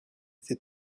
été